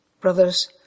Brothers